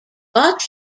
but